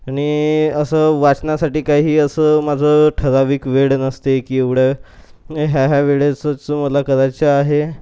आणि असं वाचनासाठी काही असं माझं ठराविक वेळ नसते की एवढ्या ह्या ह्या वेळेसच मला करायचं आहे